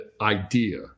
idea